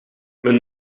men